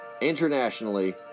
internationally